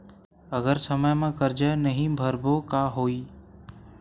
अगर समय मा कर्जा नहीं भरबों का होई?